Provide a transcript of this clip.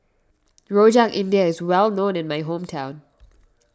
Rojak India is well known in my hometown